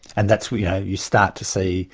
and that's when you start to see